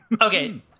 Okay